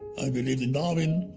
i believed in darwin,